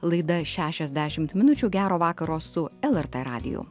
laida šešiasdešimt minučių gero vakaro su lrt radiju